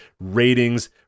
ratings